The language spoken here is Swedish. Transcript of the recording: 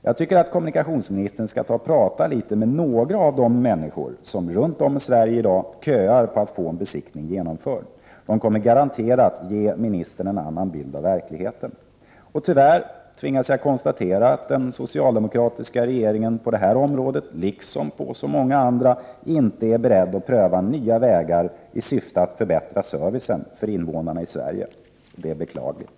Jag tycker att kommunikationsministern skall tala litet med några av de människor runt om i Sverige som köar för att få en besiktning av sina bilar genomförd. Det kommer garanterat att ge ministern en annan bild av verkligheten. Tyvärr tvingas jag konstatera att den socialdemokratiska regeringen på detta område, liksom på så många andra, inte är beredd att pröva nya vägar i syfte att förbättra servicen för invånarna i Sverige. Det är beklagligt.